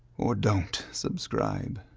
or don't subscribe,